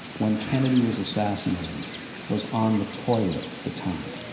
when kennedy was assassinated was on the toilet at the time,